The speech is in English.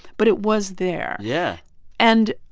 but it was there yeah and